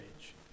age